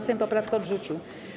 Sejm poprawkę odrzucił.